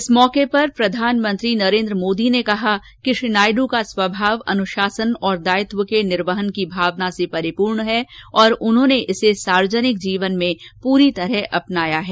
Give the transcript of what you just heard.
इस मौके पर प्रधानमंत्री नरेन्द्र मोदी ने कहा कि श्री नायड् का स्वभाव अनुशासन और दायित्व के निर्वहन की भावना से परिपूर्ण है और उन्होंने इसे सार्वजनिक जीवन में पूरी तरह अपनाया है